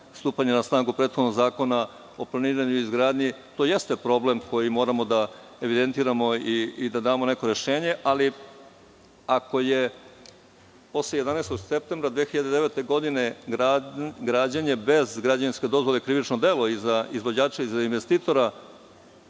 stupanja na snagu prethodnog Zakona o planiranju i izgradnji. To jeste problem koji moramo da evidentiramo i da damo neko rešenje, ali ako je posle 11. septembra 2009. godine građenje bez građevinske dozvole krivično delo i za izvođača i za investitora,